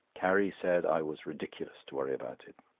carrie said i was ridiculous to worry about it.